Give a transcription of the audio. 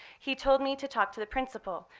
he told me to talk to the principal,